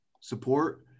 support